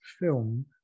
film